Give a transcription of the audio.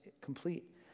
complete